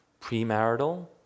premarital